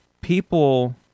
people